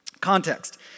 Context